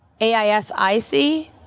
A-I-S-I-C